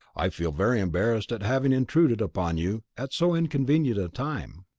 i feel very embarrassed at having intruded upon you at so inconvenient a time.